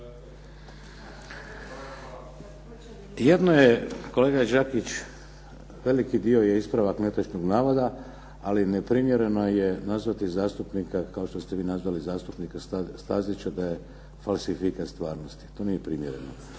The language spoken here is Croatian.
Jedno je, kolega Đakić, veliki dio je ispravak netočnog navoda, ali neprimjereno je nazvati zastupnika kao što ste vi nazvali zastupnika Stazića da je falsifikat stvarnosti. To nije primjereno.